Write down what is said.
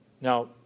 Now